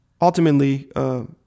ultimately